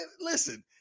Listen